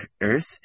Earth